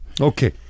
Okay